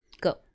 Go